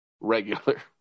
regular